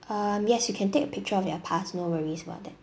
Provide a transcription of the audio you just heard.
um yes you can take a picture of your pass no worries about that